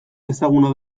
ezaguna